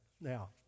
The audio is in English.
Now